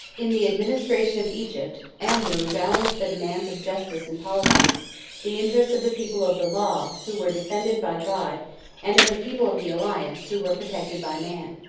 in the administration of egypt, amrou balanced the demands of justice and policy the interest of the people of the law, who were defended by god and of the people of the alliance, who were protected by man.